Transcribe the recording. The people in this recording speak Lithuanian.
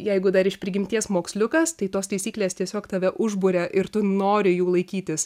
jeigu dar iš prigimties moksliukas tai tos taisyklės tiesiog tave užburia ir tu nori jų laikytis